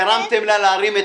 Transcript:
אפשר להסביר משהו?